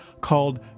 called